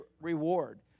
reward